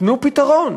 תנו פתרון.